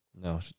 No